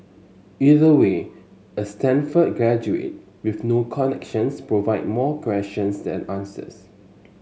either way a Stanford graduate with no connections provide more questions than answers